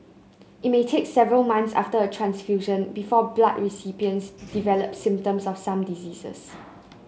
it may take several months after a transfusion before blood recipients develop symptoms of some diseases